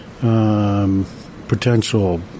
Potential